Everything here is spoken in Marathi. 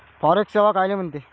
फॉरेक्स सेवा कायले म्हनते?